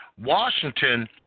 Washington